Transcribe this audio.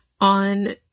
on